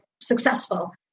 successful